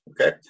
Okay